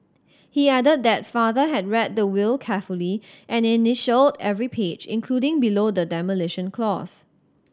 he added that father had read the will carefully and initialled every page including below the demolition clause